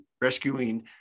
rescuing